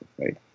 right